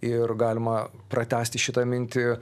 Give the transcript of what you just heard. ir galima pratęsti šitą mintį